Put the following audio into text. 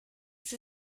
sie